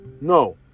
No